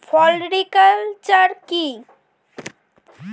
Floriculture কি?